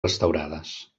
restaurades